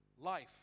life